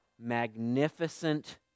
magnificent